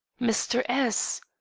mr. s,